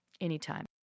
Anytime